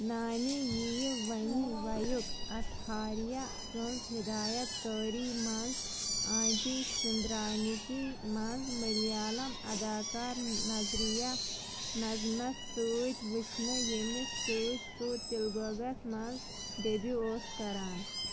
نانی یِیہِ ؤنۍ وویک اتھریا سنٛز ہدایت کٲری منٛز آنٹی سندرانیکی منٛز ملیالم اداکار نظریہ نَظمَس سۭتۍ وُچھنہٕ یٔمِس سۭتۍ سۄ تیلگوَس منٛز ڈیبیو ٲسۍ کران